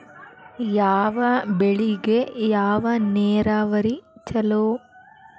ಯಾವ ಬೆಳಿಗೆ ಯಾವ ನೇರಾವರಿ ಛಲೋ?